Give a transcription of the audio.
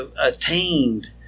attained